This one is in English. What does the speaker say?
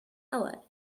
hour